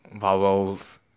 vowels